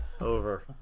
over